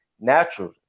natural